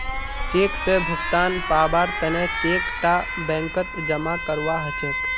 cheque स भुगतान पाबार तने चेक टा बैंकत जमा करवा हछेक